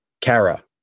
Kara